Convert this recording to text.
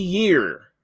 year